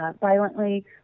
violently